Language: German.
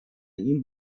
ihm